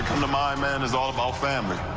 my man is all about family.